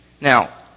Now